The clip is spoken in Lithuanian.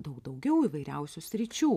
daug daugiau įvairiausių sričių